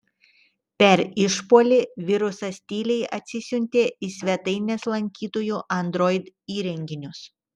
per išpuolį virusas tyliai atsisiuntė į svetainės lankytojų android įrenginius